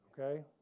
Okay